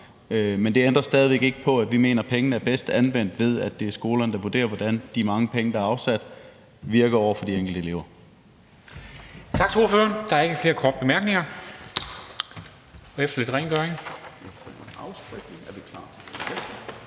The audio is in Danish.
Men det ændrer stadig væk ikke på, at vi mener, at pengene er bedst anvendt, ved at det er skolerne, der vurderer, hvordan de mange penge, der er afsat, virker over for de enkelte elever. Kl. 23:48 Formanden (Henrik Dam Kristensen): Tak til ordføreren. Der er ikke flere korte